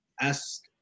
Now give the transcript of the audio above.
ask